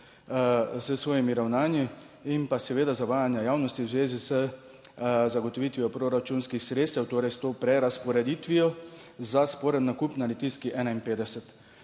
s svojimi ravnanji in pa seveda zavajanja javnosti v zvezi z zagotovitvijo proračunskih sredstev, torej s to prerazporeditvijo za sporen nakup na Litijski 51.